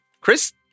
Chris